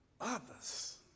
others